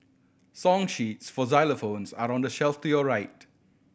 song sheets for xylophones are on the shelf to your right